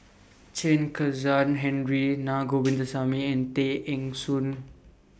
Chen Kezhan Henri Na Govindasamy and Tay Eng Soon